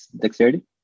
Dexterity